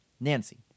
Nancy